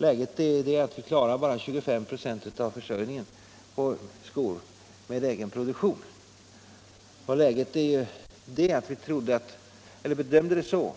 Läget är sådant att vi bara klarar 25 96 av skoförsörjningen med egen produktion. Vi bedömde det vidare så